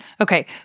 Okay